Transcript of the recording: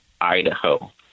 Idaho